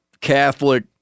Catholic